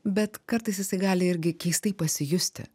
bet kartais jisai gali irgi keistai pasijusti